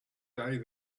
day